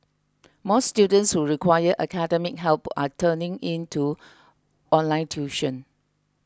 more students who require academic help are turning to online tuition